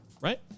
right